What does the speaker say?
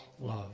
love